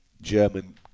German